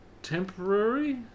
temporary